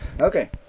Okay